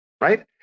right